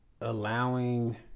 allowing